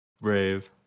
Brave